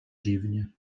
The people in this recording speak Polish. dziwnie